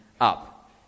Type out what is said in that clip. up